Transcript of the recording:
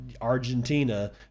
Argentina